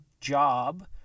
job